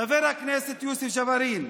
חבר הכנסת יוסף ג'בארין,